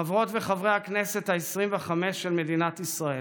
חברות וחברי הכנסת העשרים-וחמש של מדינת ישראל,